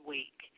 Week